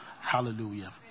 Hallelujah